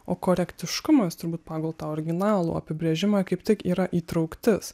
o korektiškumas turbūt pagal tą originalų apibrėžimą kaip tik yra įtrauktis